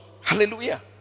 hallelujah